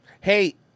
Hey